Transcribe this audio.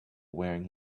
wearing